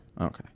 okay